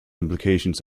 implications